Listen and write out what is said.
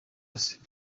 cyose